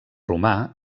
romà